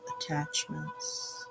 attachments